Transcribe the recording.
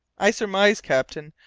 i surmise, captain,